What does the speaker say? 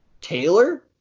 Taylor